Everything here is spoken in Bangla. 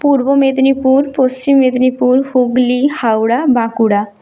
পূর্ব মেদিনীপুর পশ্চিম মেদিনীপুর হুগলি হাওড়া বাঁকুড়া